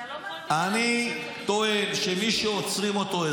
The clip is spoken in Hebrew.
אתה לא --- אני טוען שמי שעוצרים אותו,